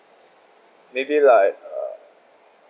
maybe like uh